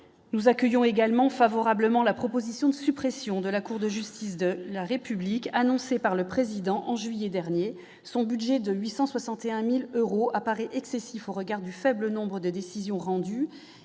nous accueillons également favorablement la proposition de suppression de la Cour de justice de la République, annoncé par le président en juillet dernier, son budget de 800 61000 euros apparaît excessif au regard du faible nombre de décisions rendues